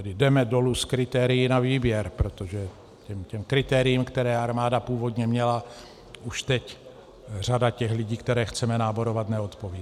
Jdeme dolů s kritérii na výběr, protože těm kritériím, která armáda původně měla, už teď řada těch lidí, které chceme náborovat, neodpovídá.